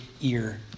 ear